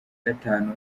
gatanu